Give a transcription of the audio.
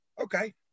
okay